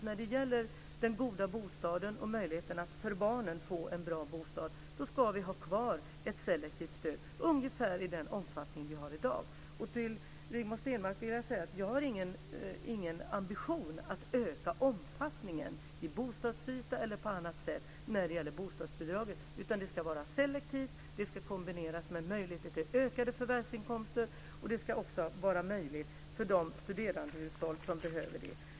När det gäller den goda bostaden och möjligheten att få en bra bostad för barnen ska vi ha kvar ett selektivt stöd ungefär i den omfattning vi har i dag. Till Rigmor Stenmark vill jag säga att jag inte har någon ambition att öka omfattningen i bostadsyta eller på annat sätt för bostadsbidraget. Det ska vara selektivt och kombineras med möjligheter till ökade förvärvsinkomster. Det ska också vara möjligt att få för de studerandehushåll som behöver det.